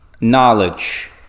knowledge